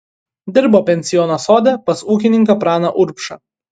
dirbo pensiono sode pas ūkininką praną urbšą